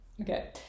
Okay